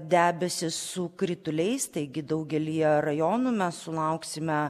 debesys su krituliais taigi daugelyje rajonų mes sulauksime